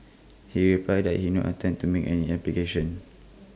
he replied that he not intend to make any application